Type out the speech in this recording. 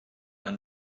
are